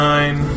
Nine